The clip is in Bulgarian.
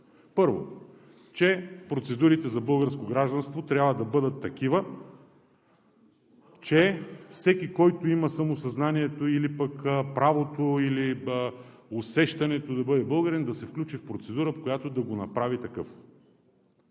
Първо, че процедурите за българско гражданство трябва да бъдат такива, че всеки, който има самосъзнанието или пък правото, или усещането да бъде българин, да се включи в процедура, която да го направи такъв.